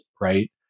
right